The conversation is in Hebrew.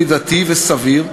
מידתי וסביר,